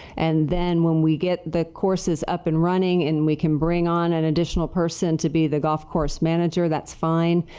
and then, when we get the courses up and running and we can bring on and additional person to be will gofrl course manager that's fine.